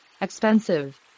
Expensive